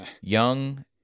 young